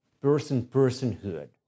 person-personhood